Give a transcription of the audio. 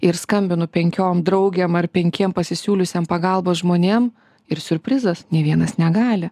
ir skambinu penkiom draugėm ar penkiem pasisiūliusiem pagalbos žmonėm ir siurprizas nei vienas negali